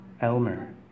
Elmer